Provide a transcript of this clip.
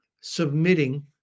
submitting